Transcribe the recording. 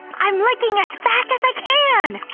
i'm licking as fast as i can!